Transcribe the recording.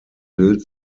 bild